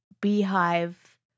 Beehive